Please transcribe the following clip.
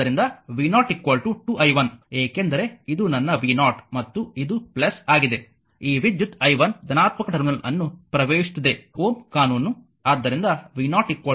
ಆದ್ದರಿಂದ v0 2 i 1 ಏಕೆಂದರೆ ಇದು ನನ್ನ v0 ಮತ್ತು ಇದು ಆಗಿದೆ ಈ ವಿದ್ಯುತ್ i 1 ಧನಾತ್ಮಕ ಟರ್ಮಿನಲ್ ಅನ್ನು ಪ್ರವೇಶಿಸುತ್ತಿದೆ Ω ಕಾನೂನು ಆದ್ದರಿಂದ v0 2i1